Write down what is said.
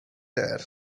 there